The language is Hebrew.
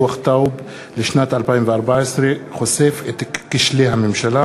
דוח טאוב לשנת 2014 חושף את כשלי הממשלה,